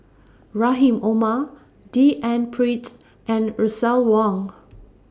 Rahim Omar D N Pritt and Russel Wong